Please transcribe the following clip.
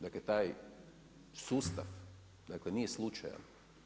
Dakle, taj sustav dakle nije slučajan.